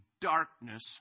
darkness